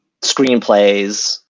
screenplays